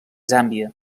zàmbia